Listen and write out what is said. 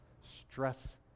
Stress